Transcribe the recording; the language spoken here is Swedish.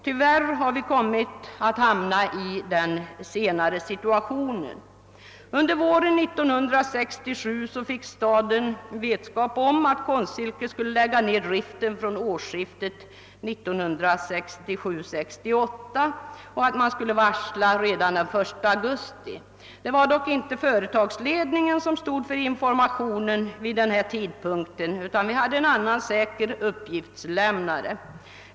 Tyvärr har vi kommit att hamna i den senare situationen. Under våren 1967 fick staden vetskap om att Konstsilke skulle lägga ned driften från årsskiftet 1967—1968 och att varsel härom skulle utfärdas redan den 1 augusti. Det var dock inte företagsledningen som stod för informationen vid denna tidpunkt, utan vi hade en annan säker uppgiftslämnare.